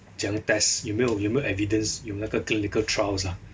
怎样 test 有没有有没有 evidence 有那个 clinical trials ah